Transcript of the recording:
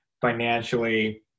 financially